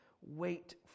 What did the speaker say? Wait